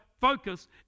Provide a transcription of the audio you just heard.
focus